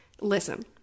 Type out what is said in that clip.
Listen